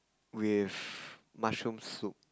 with mushroom soup